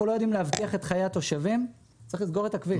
לא יודעים להבטיח את חיי התושבים צריך לסגור את הכביש.